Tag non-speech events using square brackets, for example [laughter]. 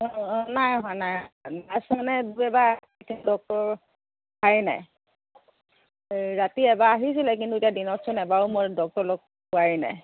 অঁ অঁ নাই অহা নাই অহা [unintelligible] দিনতচোন এবাৰো মই ডক্টৰ লগ পোৱাই নাই